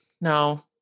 no